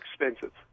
expensive